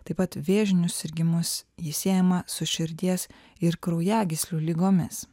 taip pat vėžinius sirgimus ji siejama su širdies ir kraujagyslių ligomis